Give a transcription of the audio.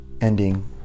ending